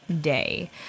day